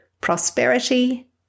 prosperity